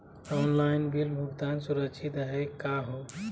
Online bill भुगतान सुरक्षित हई का हो?